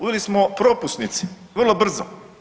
Uveli smo propusnice vrlo brzo.